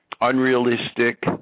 unrealistic